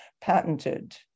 patented